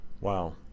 Wow